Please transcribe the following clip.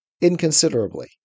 inconsiderably